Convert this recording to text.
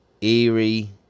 eerie